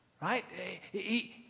Right